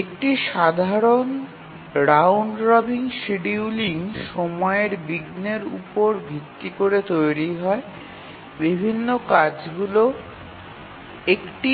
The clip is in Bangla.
একটি সাধারণ রাউন্ড রবিন শিডিউলিং সময়ের বিঘ্নের উপর ভিত্তি করে তৈরি হয় এবং বিভিন্ন কাজগুলি